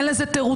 אין לזה תירוצים,